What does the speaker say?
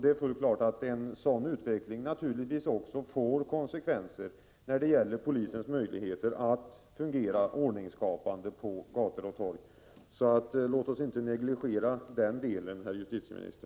Det är fullt klart att en sådan utveckling naturligtvis får konsekvenser när det gäller polisens möjligheter att fungera ordningsskapande på gator och torg. Låt oss inte negligera den delen, herr justitieminister.